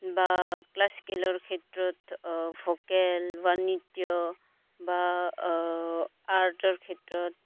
বা ক্লাছিকেলৰ ক্ষেত্ৰত ভোকেল বা নৃত্য বা আৰ্টৰ ক্ষেত্ৰত